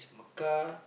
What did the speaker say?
Mecca